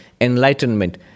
enlightenment